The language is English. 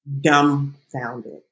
dumbfounded